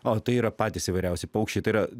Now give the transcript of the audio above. o tai yra patys įvairiausi paukščiai tai yra